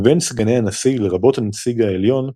מבין סגני הנשיא, לרבות הנציג העליון,